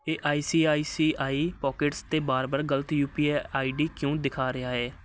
ਇਹ I C I C I pockets 'ਤੇ ਬਾਰ ਬਾਰ ਗ਼ਲਤ U P I I D ਕਿਉਂ ਦਿਖਾ ਰਿਹਾ ਹੈ